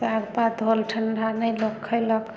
साग पात होल ठंडा नहि लोक खैलक